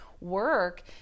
work